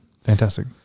Fantastic